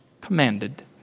commanded